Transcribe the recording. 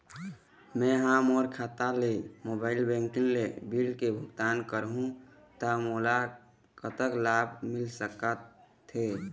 मैं हा मोर खाता ले मोबाइल बैंकिंग ले बिल के भुगतान करहूं ता मोला कतक लाभ मिल सका थे?